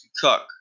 cook